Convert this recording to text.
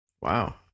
Wow